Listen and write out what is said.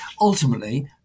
Ultimately